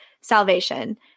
salvation